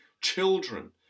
children